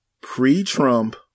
pre-Trump